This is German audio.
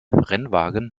rennwagen